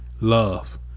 Love